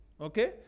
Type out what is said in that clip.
Okay